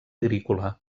agrícola